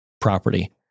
property